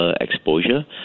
exposure